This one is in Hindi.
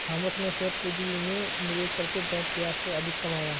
थॉमस ने शेयर पूंजी में निवेश करके बैंक ब्याज से अधिक कमाया